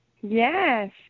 Yes